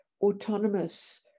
autonomous